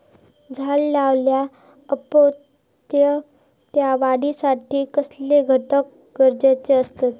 झाड लायल्या ओप्रात त्याच्या वाढीसाठी कसले घटक गरजेचे असत?